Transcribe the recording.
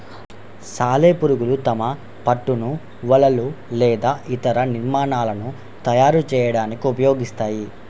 సాలెపురుగులు తమ పట్టును వలలు లేదా ఇతర నిర్మాణాలను తయారు చేయడానికి ఉపయోగిస్తాయి